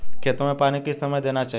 खेतों में पानी किस समय देना चाहिए?